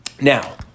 Now